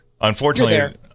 Unfortunately